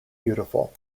beautiful